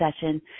session